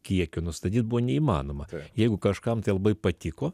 kiekio nustatyt buvo neįmanoma jeigu kažkam tai labai patiko